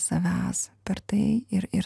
savęs per tai ir ir